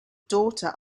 daughter